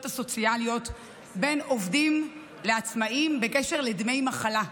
הסוציאליות בין עובדים לעצמאים בקשר לדמי מחלה.